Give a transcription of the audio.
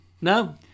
no